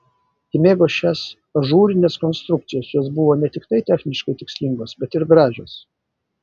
ji mėgo šias ažūrines konstrukcijas jos buvo ne tiktai techniškai tikslingos bet ir gražios